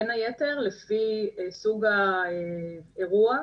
בין היתר לפי סוג האירוע,